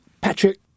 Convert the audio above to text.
Patrick